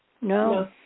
No